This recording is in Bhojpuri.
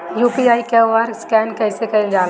यू.पी.आई क्यू.आर स्कैन कइसे कईल जा ला?